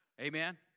amen